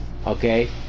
Okay